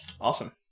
awesome